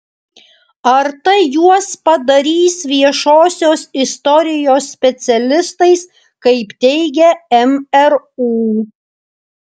ar tai juos padarys viešosios istorijos specialistais kaip teigia mru